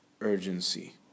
urgency